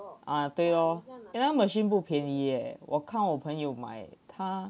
ah 对咯 eh 那个 machine 不便宜 leh 我看我朋友买它